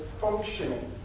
functioning